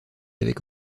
avec